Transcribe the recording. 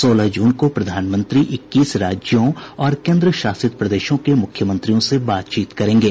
सोलह जून को प्रधानमंत्री इक्कीस राज्यों और केन्द्रशासित प्रदेशों के मुख्यमंत्रियों से बातचीत करेंगे